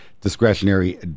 discretionary